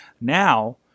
Now